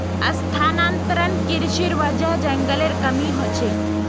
स्थानांतरण कृशिर वजह जंगलेर कमी ह छेक